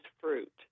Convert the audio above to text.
fruit